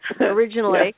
originally